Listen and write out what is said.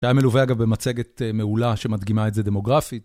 שהיה מלווה, אגב, במצגת מעולה שמדגימה את זה דמוגרפית.